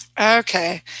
Okay